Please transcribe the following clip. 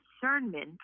discernment